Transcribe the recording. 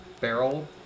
barrel